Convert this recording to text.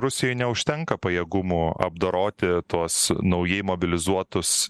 rusijoj neužtenka pajėgumų apdoroti tuos naujai mobilizuotus